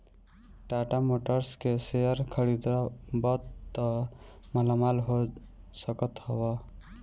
Tata Motors के share खरीदबअ त मालामाल हो सकत हवअ